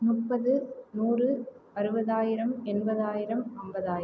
முப்பது நூறு அறுபதாயிரம் எண்பதாயிரம் ஐம்பதா